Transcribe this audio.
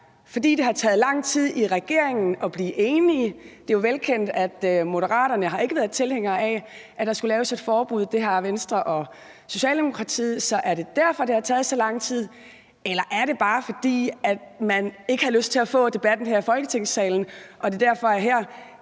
fordi det har taget lang tid i regeringen at blive enige. Det er jo velkendt, at Moderaterne ikke har været tilhængere af, at der skulle laves et forbud. Det har Venstre og Socialdemokratiet. Så er det derfor, det har taget så lang tid? Eller er det bare, fordi man ikke har lyst til at få debatten her i Folketingssalen og derfor går ud